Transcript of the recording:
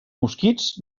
mosquits